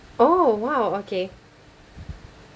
oh !wow! okay